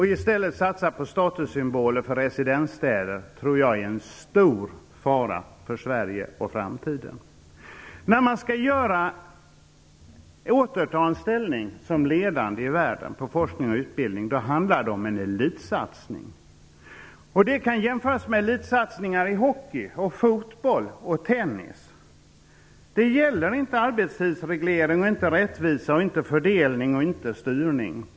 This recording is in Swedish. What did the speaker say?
I stället satsar vi på statussymboler som residensstäder. Detta tror jag är en stor fara för När man skall återta en ställning som ledande nation i världen på forskning och utbildning handlar det om en elitsatsning. Det kan jämföras med elitsatsningar i hockey, fotboll och tennis. Det handlar inte om arbetstidsreglering, rättvisa, fördelning eller styrning.